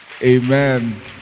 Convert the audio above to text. Amen